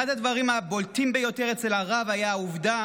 אחד הדברים הבולטים ביותר אצל הרב היה העובדה